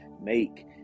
make